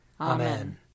Amen